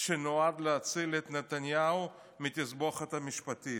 שנועד להציל את נתניהו מתסבוכת משפטית.